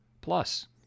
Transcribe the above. Plus